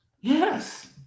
Yes